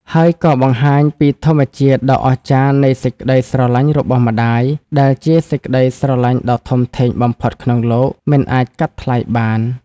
ហើយក៏បង្ហាញពីធម្មជាតិដ៏អស្ចារ្យនៃសេចក្ដីស្រឡាញ់របស់ម្ដាយ ដែលជាសេចក្ដីស្រឡាញ់ដ៏ធំធេងបំផុតក្នុងលោក មិនអាចកាត់ថ្លៃបាន។